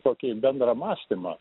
tokį bendrą mąstymą